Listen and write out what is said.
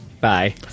Bye